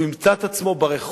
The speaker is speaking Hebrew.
שהוא ימצא את עצמו ברחוב,